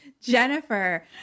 Jennifer